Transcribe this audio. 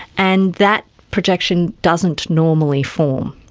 and that projection doesn't normally form.